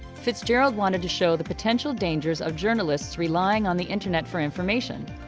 fitzgerald wanted to show the potential danger of journalists relying on the internet for information.